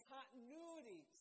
Continuity